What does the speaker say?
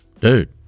Dude